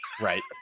Right